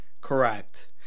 Correct